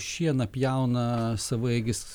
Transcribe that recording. šieną pjauna savaeigis